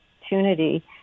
opportunity